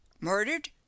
Murdered